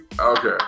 okay